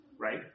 Right